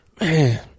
Man